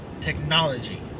technology